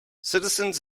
citizens